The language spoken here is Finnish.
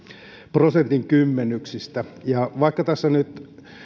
prosentin kymmenyksistä ja vaikka tässä nyt